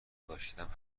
داشتم